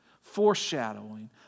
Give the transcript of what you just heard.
foreshadowing